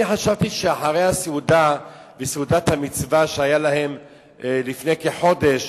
אני חשבתי שאחרי סעודת המצווה שהיתה להם לפני כחודש,